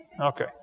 Okay